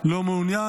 לא מעוניין.